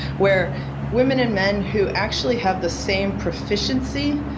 where women and men who actually have the same proficiency,